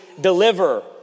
deliver